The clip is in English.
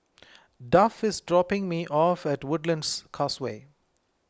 Duff is dropping me off at Woodlands Causeway